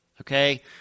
Okay